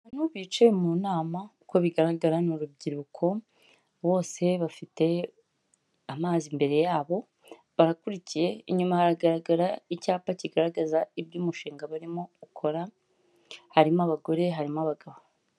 Abantu bicaye mu nama uko bigaragara ni urubyiruko, bose bafite amazi imbere yabo, barakurikiye. Inyuma haragaragara icyapa kigaragaza ibyo umushinga barimo gukora, harimo abagore, harimo abagabo.